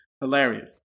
Hilarious